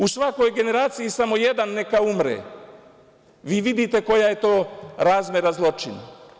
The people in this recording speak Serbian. U svakoj generaciji samo jedan neka umre, vi vidite koja je to razmera zločina.